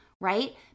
right